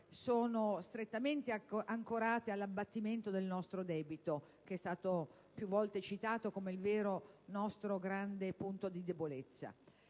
sono strettamente ancorate all'abbattimento del nostro debito, più volte citato come il vero nostro grande punto di debolezza.